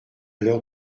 l’heure